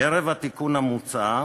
ערב התיקון המוצע,